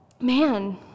Man